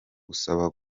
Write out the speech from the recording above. gusaba